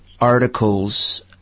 articles